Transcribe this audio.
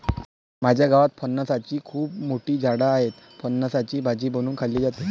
माझ्या गावात फणसाची खूप मोठी झाडं आहेत, फणसाची भाजी बनवून खाल्ली जाते